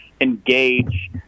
engage